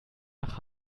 nach